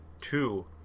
two